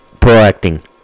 Proacting